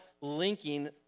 linking